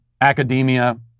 academia